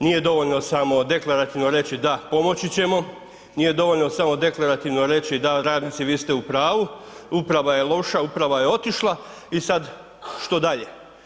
Nije dovoljno samo deklarativno reći da pomoći ćemo, nije dovoljno smo deklarativno reći da radnici vi ste u pravu, uprava je loša, uprava je otišla i sad što dalje.